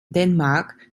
denmark